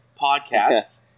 Podcast